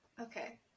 Okay